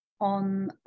On